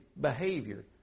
behavior